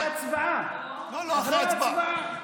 אחרי ההצבעה.